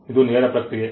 ಇದು ನೇರ ಪ್ರಕ್ರಿಯೆ